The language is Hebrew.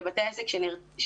לבתי העסק שנרתמו.